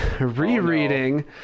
rereading